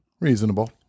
Reasonable